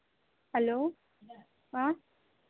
hello ಹಾಂ